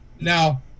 Now